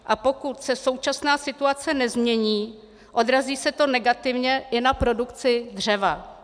A pokud se současná situace nezmění, odrazí se to negativně i na produkci dřeva.